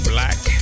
Black